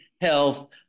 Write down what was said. health